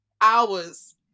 hours